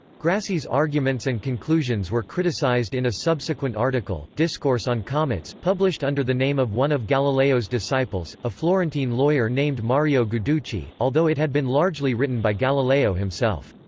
grassi's arguments and conclusions were criticised in a subsequent article, discourse on comets, published under the name of one of galileo's disciples, a florentine lawyer named mario guiducci, although it had been largely written by galileo himself.